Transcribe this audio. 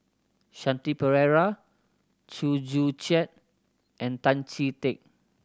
Shanti Pereira Chew Joo Chiat and Tan Chee Teck